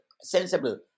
sensible